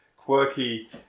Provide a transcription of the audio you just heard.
quirky